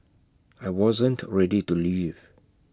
I wasn't ready to leave